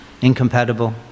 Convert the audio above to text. incompatible